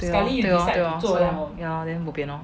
对 lor 对 lor 对 lor ya then bo pian loh